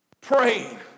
Praying